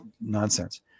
nonsense